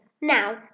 Now